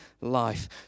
life